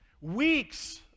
weeks